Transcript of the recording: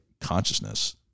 consciousness